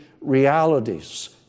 realities